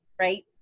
right